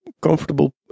comfortable